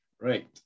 Right